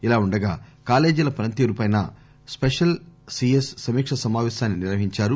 ఇది ఇలా ఉండగా కాలేజీల పనితీరు పై స్పెషల్ సిఎస్ సమీకా సమావేశాన్ని నిర్వహించారు